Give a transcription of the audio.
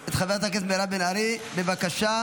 את חברת הכנסת מירב בן ארי, בבקשה.